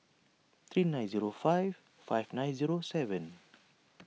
three nine zero five five nine zero seven